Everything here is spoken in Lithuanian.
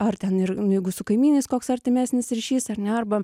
ar ten ir nu jeigu su kaimynais koks artimesnis ryšys ar ne arba